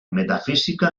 metafísica